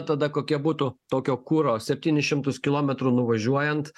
tada kokie būtų tokio kuro septynis šimtus kilometrų nuvažiuojant